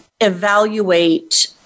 evaluate